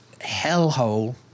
hellhole